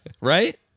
right